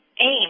aim